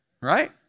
right